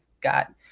got